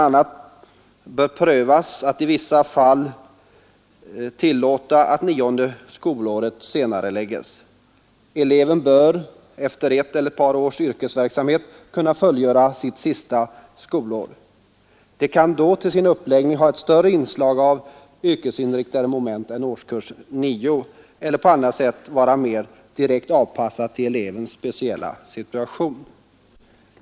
a. bör prövas att i vissa fall tillåta att det nionde skolåret senarelägges. Eleven bör efter ett eller ett par års yrkesverksamhet kunna fullgöra sitt sista skolår. Det kan då till sin uppläggning ha ett större inslag av yrkesinriktade moment än årskurs 9 eller på annat sätt vara mer direkt avpassat till elevens speciella situation.